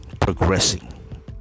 progressing